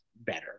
better